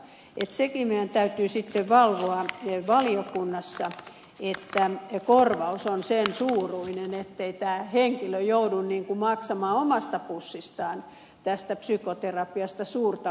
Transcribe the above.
sekin meidän täytyy sitten valvoa valiokunnassa että korvaus on sen suuruinen ettei tämä henkilö joudu maksamaan omasta pussistaan tästä psykoterapiasta suurta osaa